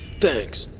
thanks!